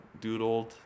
doodled